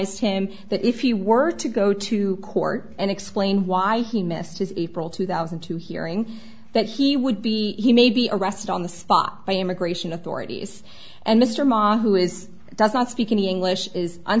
advised him that if you were to go to court and explain why he missed his april two thousand and two hearing that he would be he may be arrested on the spot by immigration authorities and mr mom who is does not speak any english is